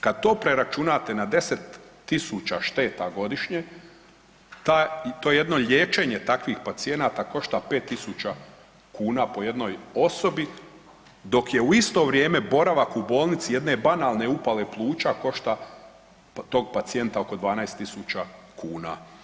Kad to preračunate na 10.000 šteta godišnje to jedno liječenje takvih pacijenata košta 5.000 kuna po jednoj osobi dok je u isto vrijeme boravak u bolnici jedne banalne upale pluća košta tog pacijenta oko 12.000 kuna.